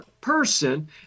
person